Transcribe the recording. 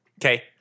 Okay